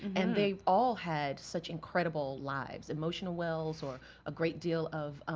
and they've all had such incredible lives, emotional wells, or a great deal of